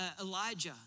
Elijah